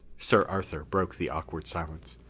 sir arthur broke the awkward silence.